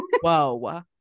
Whoa